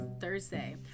Thursday